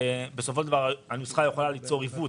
בסופו של דבר הנוסחה יכולה ליצור עיוות,